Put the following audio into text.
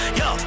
yo